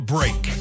Break